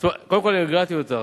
קודם כול הרגעתי אותך,